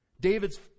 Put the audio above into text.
David's